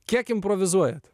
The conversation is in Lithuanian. kiek improvizuojat